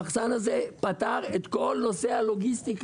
המחסן הזה פתר את כל נושא הלוגיסטיקה.